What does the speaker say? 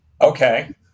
Okay